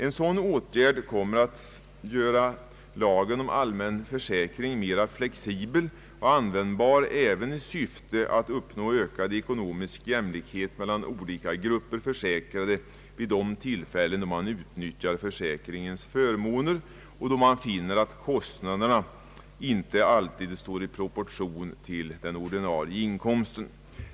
En sådan åtgärd kommer att göra lagen om allmän försäkring mer flexibel och användbar, även i syfte att uppnå ökad ekonomisk jämlikhet mellan olika grupper försäkrade vid de tillfällen då de utnyttjar försäkringens förmåner. Som det nu är står kostnaderna inte alltid i proportion till den ordinarie inkomsten.